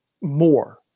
more